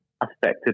affected